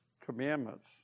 commandments